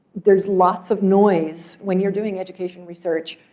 there's lots of noise. when you're doing education research,